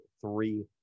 three